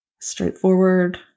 straightforward